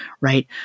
right